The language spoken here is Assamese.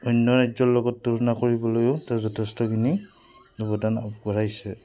অন্য ৰাজ্যৰ লগত তুলনা কৰিবলৈও তাৰ যথেষ্টখিনি অৱদান আগবঢ়াইছে